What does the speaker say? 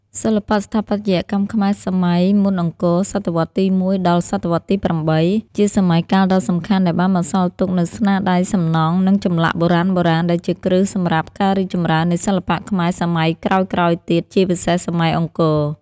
សិល្បៈស្ថាបត្យកម្មខ្មែរសម័យមុនអង្គរ ស.វទី១ ដល់ ស.វទី៨ ជាសម័យកាលដ៏សំខាន់ដែលបានបន្សល់ទុកនូវស្នាដៃសំណង់ និងចម្លាក់បុរាណៗ ដែលជាគ្រឹះសម្រាប់ការរីកចម្រើននៃសិល្បៈខ្មែរសម័យក្រោយៗទៀត ជាពិសេសសម័យអង្គរ។